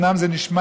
אומנם זה נשמע,